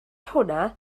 hwnna